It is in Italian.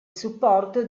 supporto